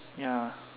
ya